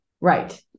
Right